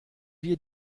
wir